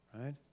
right